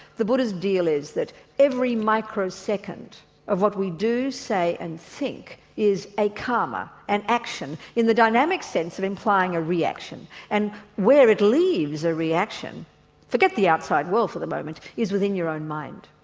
the buddha's deal is that every micro second of what we do, say and think is a karma, an action in the dynamic sense of implying a reaction. and where it leaves a reaction forget the outside world for the moment is within your own mind.